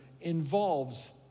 involves